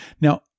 Now